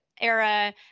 era